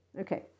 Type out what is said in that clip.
Okay